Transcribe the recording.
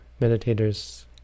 meditators